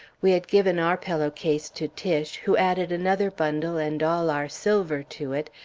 we had given our pillow-case to tiche, who added another bundle and all our silver to it,